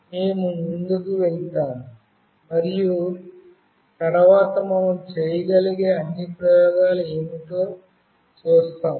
మేము ముందుకు వెళ్తాము మరియు తరువాత మనం చేయగలిగే అన్ని ప్రయోగాలు ఏమిటో చూస్తాము